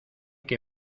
que